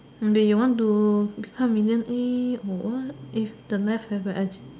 you want to become minion a or if the life have a achieve